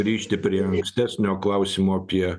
grįžti prie minkštesnio klausimo apie